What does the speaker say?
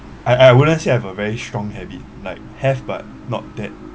I I wouldn't say I have a very strong habit like have but not that